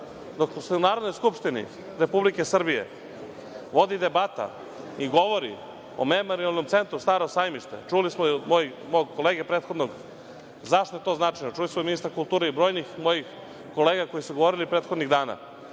se u Narodnoj skupštini Republike Srbije vodi debata i govori o Memorijalnom centru Staro sajmište, čuli smo i od mog kolege prethodnog zašto je to značajno, čuli smo i od ministra kulture i brojnih mojih kolega koji su govorili prethodnih dana,